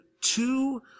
two